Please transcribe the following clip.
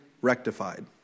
rectified